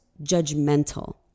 judgmental